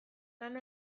lan